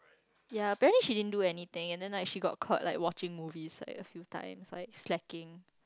yeah apparently she didn't do anything and then like she got caught like watching movies like a few times like slacking